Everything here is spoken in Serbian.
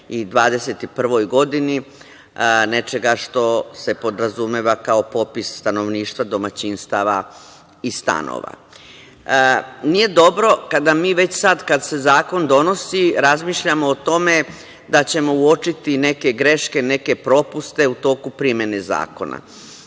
2021. godini, nečega što se podrazumeva kao popis stanovništva, domaćinstava i stanova. Nije dobro kada mi već, kad se zakon donosi, razmišljamo o tome da ćemo uočiti neke greške, neke propuste u toku primene zakona.